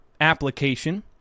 application